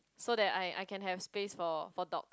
so that I I can have space for for dogs